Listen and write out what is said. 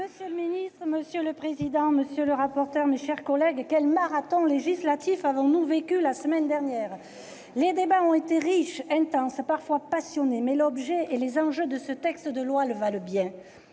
bonne chance ! Monsieur le président, monsieur le ministre, mes chers collègues, quel marathon législatif avons-nous vécu la semaine dernière ! Les débats ont été riches, intenses, parfois passionnés, mais l'objet et les enjeux de ce texte de loi le valaient bien.